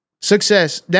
Success